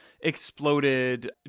exploded